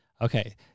Okay